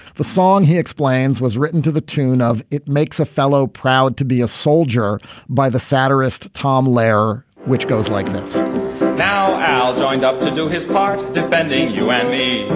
the song, he explains, was written to the tune of. it makes a fellow proud to be a soldier by the satirist tom lehrer, which goes like this now, al joined up to do his part, defending you and me.